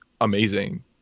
amazing